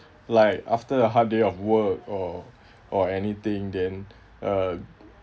like after a hard day of work or or anything then uh